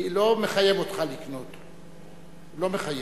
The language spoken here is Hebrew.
לא מחייב אותך לקנות, הוא לא מחייב.